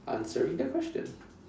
answering the question